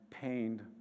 pained